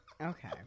Okay